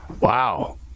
Wow